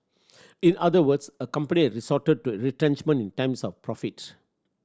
in other words a company had resorted to retrenchment in times of profit